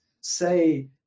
say